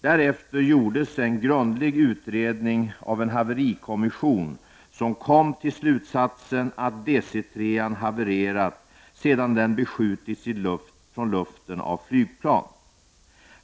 Därefter gjordes en grundlig utredning av en haverikommission som kom till slutsatsen att DC 3 an havererat sedan den beskjutits från luften av flygplan.